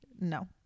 No